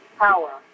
power